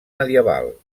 medieval